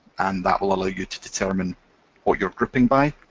and that will allow you to determine what you're grouping by,